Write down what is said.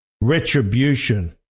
retribution